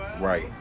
Right